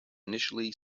initially